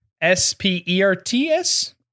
S-P-E-R-T-S